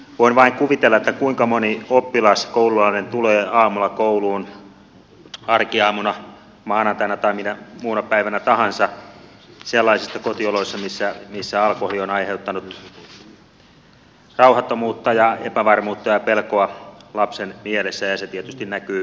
voin vain kuvitella kuinka moni oppilas koululainen tulee aamulla kouluun arkiaamuna maanantaina tai minä muuna päivänä tahansa sellaisista kotioloista missä alkoholi on aiheuttanut rauhattomuutta ja epävarmuutta ja pelkoa lapsen mielessä ja se tietysti näkyy koulutyöskentelyssä